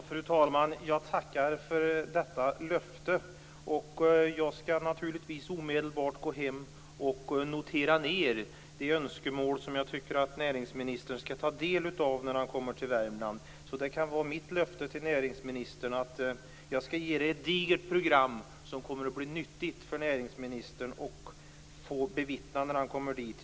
Fru talman! Jag tackar för detta löfte! Jag skall naturligtvis omedelbart gå hem och notera de önskemål jag tycker att näringsministern skall ta del av när han kommer till Värmland. Det kan vara mitt löfte till näringsministern att jag skall ge honom ett digert program som kommer att bli nyttigt för honom att få bevittna när han kommer till Värmland.